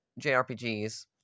JRPGs